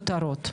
לקרב.